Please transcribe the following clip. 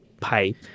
pipe